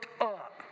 up